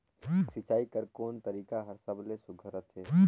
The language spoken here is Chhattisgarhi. सिंचाई कर कोन तरीका हर सबले सुघ्घर रथे?